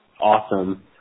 awesome